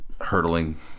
hurtling